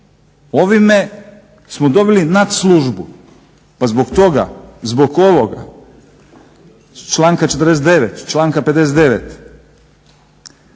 Ovime smo dobili nadslužbu. Pa zbog toga, zbog ovoga članka 49., 59.i